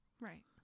right